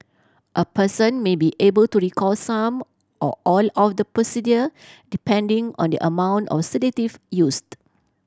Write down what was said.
a person may be able to recall some or all of the procedure depending on the amount of sedative used